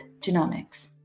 Genomics